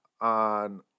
on